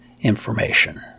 information